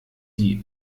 die